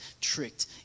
tricked